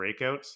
breakouts